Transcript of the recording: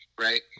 Right